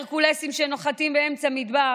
הרקולסים שנוחתים באמצע מדבר.